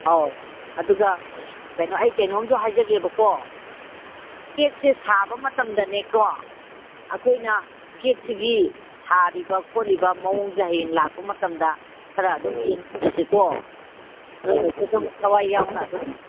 ꯑꯧ ꯑꯗꯨꯒ ꯀꯩꯅꯣ ꯑꯩ ꯀꯩꯅꯣꯝꯁꯨ ꯍꯥꯏꯖꯒꯦꯕꯀꯣ ꯀꯦꯛꯁꯦ ꯁꯥꯕ ꯃꯇꯝꯗꯅꯦꯀꯣ ꯑꯩꯈꯣꯏꯅ ꯀꯦꯛꯁꯤꯒꯤ ꯁꯥꯔꯤꯕ ꯈꯣꯠꯂꯤꯕ ꯃꯑꯣꯡꯁꯦ ꯍꯌꯦꯡ ꯂꯥꯛꯄ ꯃꯇꯝꯗ ꯈꯔ ꯑꯗꯨꯝ ꯌꯦꯡꯃꯤꯟꯅꯁꯤꯀꯣ ꯑꯗꯨꯝ ꯊꯋꯥꯏ ꯌꯥꯎꯅ ꯑꯗꯨꯝ